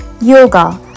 Yoga